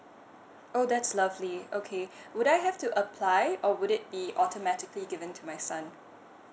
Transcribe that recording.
oh that's lovely okay would I have to apply or would it be automatically given to my son